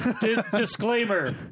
Disclaimer